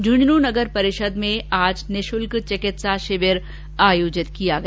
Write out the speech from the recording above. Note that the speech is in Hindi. झुंझुनू नगर परिषद में आज निशुल्क चिकित्सा शिविर का आयोजन किया गया